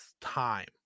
time